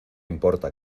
importa